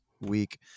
week